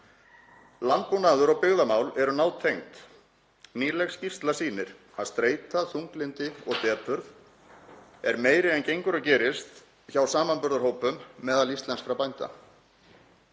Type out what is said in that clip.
Landbúnaður og byggðamál eru nátengd. Nýleg skýrsla sýnir að streita, þunglyndi og depurð er meiri en gengur og gerist hjá samanburðarhópum meðal íslenskra bænda.